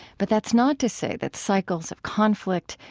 but that's not to say that cycles of conflict,